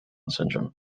syndrome